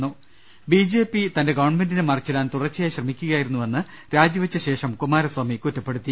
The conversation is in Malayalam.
് ബി ജെ പി തന്റെ ഗവൺമെന്റിനെ മറിച്ചിടാൻ തുടർച്ചയായി ശ്രമി ക്കുകയായിരുന്നുവെന്ന് രാജിവെച്ച ശേഷം കുമാരസ്വാമി കുറ്റപ്പെടുത്തി